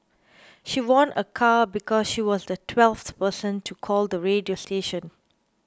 she won a car because she was the twelfth person to call the radio station